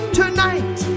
tonight